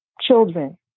children